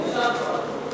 איפה חברי חברי הכנסת החרדים?